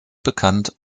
bekannt